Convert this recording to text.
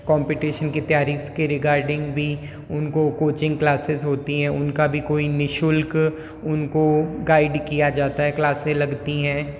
competition की तैयारी इसके रेगर्डिंग भी उनको कोचिंग क्लासेस होती हैं उनका भी कोई निःशुल्क उनको गाइड किया जाता है क्लासें लगती है